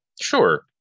Sure